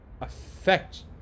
affect